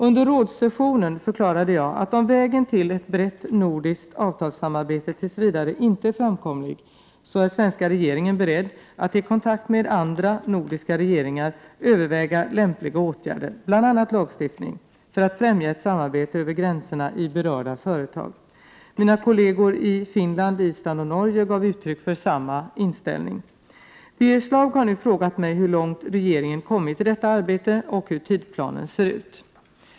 Under rådssessionen förklarade jag, att om vägen till ett brett nordiskt avtalssamarbete tills vidare inte är framkomlig, är svenska regeringen beredd att i kontakt med andra nordiska regeringar överväga lämpliga åtgärder — bl.a. lagstiftning — för att främja ett samarbete över gränserna i berörda företag. Mina kolleger i Finland, Island och Norge gav uttryck för samma inställning. Birger Schlaug har nu frågat mig hur långt regeringen kommit i detta arbete och hur tidsplanen ser ut.